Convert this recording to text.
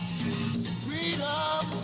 freedom